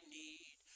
need